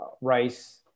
rice